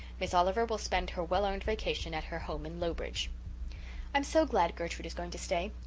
miss oliver will spend her well-earned vacation at her home in lowbridge i'm so glad gertrude is going to stay,